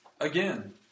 Again